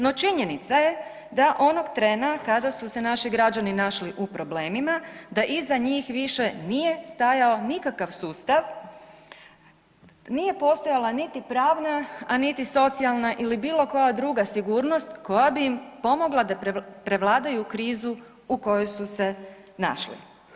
No, činjenica je da onog trena kada su se naši građani našli u problemima da iza njih više nije stao nikakav sustav, nije postojala niti pravna, a niti socijalna ili bilo koja druga sigurnost koja bi im pomogla da prevladaju krizu u kojoj su se našli.